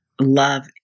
love